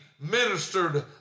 ministered